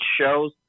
shows